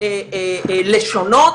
אנחנו לא הולכים להעלות